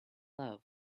love